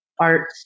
art